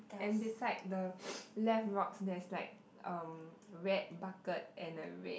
and beside the left rocks there's like um red bucket and a red